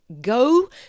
go